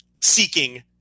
seeking